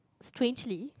strangely